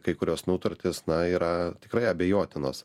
kai kurios nutartys na yra tikrai abejotinos